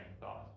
thoughts